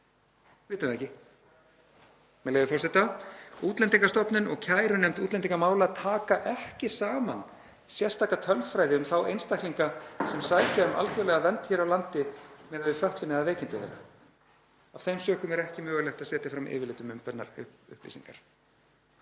vitum það ekki. Með leyfi forseta: „Útlendingastofnun og kærunefnd útlendingamála taka ekki saman sérstaka tölfræði um þá einstaklinga sem sækja um alþjóðlega vernd hér á landi miðað við fötlun eða veikindi þeirra. Af þeim sökum er ekki mögulegt að setja fram yfirlit um umbeðnar upplýsingar.“